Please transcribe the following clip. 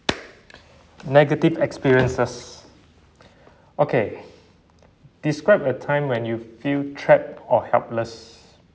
negative experiences okay describe a time when you feel trapped or helpless